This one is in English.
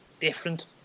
different